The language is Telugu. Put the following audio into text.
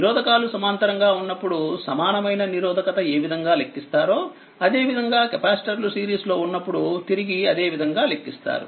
నిరోధకాలు సమాంతరంగా ఉన్నప్పుడు సమానమైన నిరోధకత ఏ విధంగా లెక్కిస్తారో అదే విధంగా కెపాసిటర్లుసిరీస్లో ఉన్నప్పుడు తిరిగి అదే విధంగా లెక్కిస్తారు